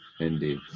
Indeed